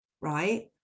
right